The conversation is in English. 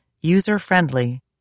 user-friendly